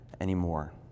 anymore